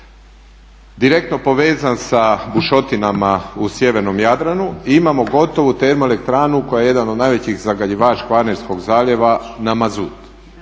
direktno povezan sa bušotinama u sjevernom Jadranu i imamo gotovu termoelektranu koja je jedan od najvećih zagađivača Kvarnerskog zaljeva na mazut.